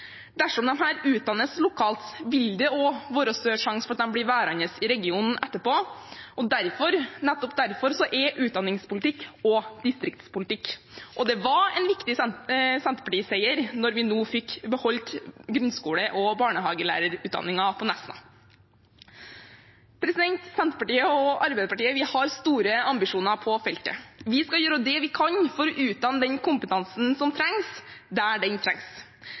utdannes lokalt, vil det også være større sjanse for at de blir værende i regionen etterpå. Nettopp derfor er utdanningspolitikk også distriktspolitikk, og det var en viktig Senterparti-seier at vi nå fikk beholde grunnskole- og barnehagelærerutdanningen på Nesna. Senterpartiet og Arbeiderpartiet har store ambisjoner på feltet. Vi skal gjøre det vi kan for å utdanne den kompetansen som trengs, der den trengs.